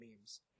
memes